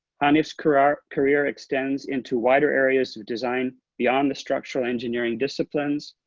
hanif's career career extends into wider areas of design beyond the structural engineering disciplines.